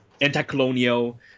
anti-colonial